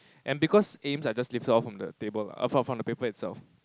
and because aims are just lifted off from the table ah from from the paper itself